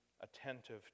attentive